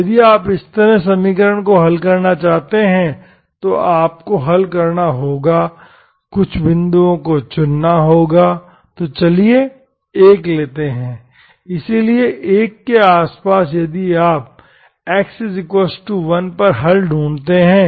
यदि आप इस समीकरण को हल करना चाहते हैं तो आपको हल करना होगा कुछ बिंदुओं को चुनना होगा तो चलिए 1 लेते हैं इसलिए 1 के आसपास यदि आप x 1 पर हल ढूंढते हैं